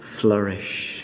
flourish